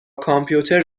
کامپیوتر